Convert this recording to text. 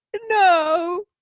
no